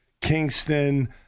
Kingston